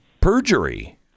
perjury